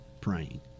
praying